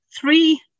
Three